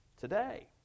today